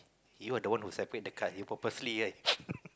you are the one who separate the card you purposely right